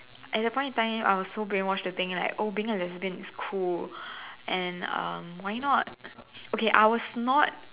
at that point in time I was so brainwashed to think like oh being a lesbian is cool and um why not okay I was not